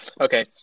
Okay